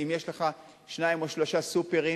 אם יש לך שניים או שלושה סוּפרים